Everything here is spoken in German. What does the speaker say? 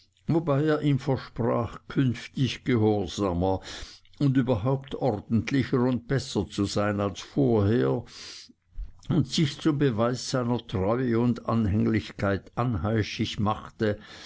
wobei er ihm versprach künftig gehorsamer und überhaupt ordentlicher und besser zu sein als vorher und sich zum beweis seiner treue und anhänglichkeit anheischig machte